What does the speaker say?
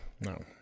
No